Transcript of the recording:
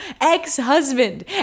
ex-husband